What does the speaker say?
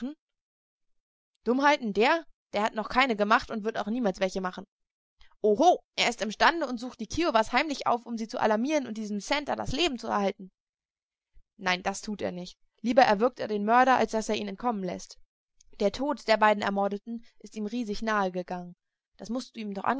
dummheiten der der hat noch keine gemacht und wird auch niemals welche machen oho er ist imstande und sucht die kiowas heimlich auf um sie zu alarmieren und diesem santer das leben zu erhalten nein das tut er nicht lieber erwürgt er den mörder als daß er ihn entkommen läßt der tod der beiden ermordeten ist ihm riesig nahe gegangen das mußt du ihm doch